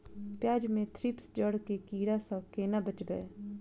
प्याज मे थ्रिप्स जड़ केँ कीड़ा सँ केना बचेबै?